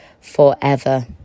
forever